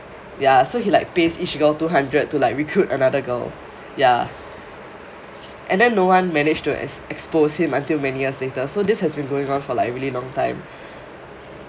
ya so he like pays each girl two hundred to like recruit another girl ya and then no one managed to to expose him until many years later so this has been going on for like really long time